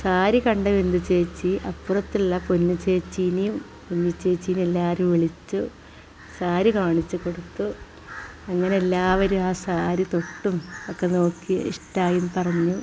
സാരി കണ്ട ബിന്ദു ചേച്ചി അപ്പുറത്തുള്ള പൊന്നു ചേച്ചിനേം മിന്നു ചേച്ചിനേം എല്ലാവരേം വിളിച്ചു സാരി കാണിച്ചുകൊടുത്തു അങ്ങനെ എല്ലാവരും ആ സാരി തൊട്ടും ഒക്കെ നോക്കി ഇഷ്ടായി എന്ന് പറഞ്ഞു